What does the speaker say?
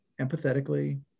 empathetically